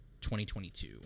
2022